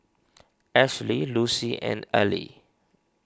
Ashley Lucy and Aili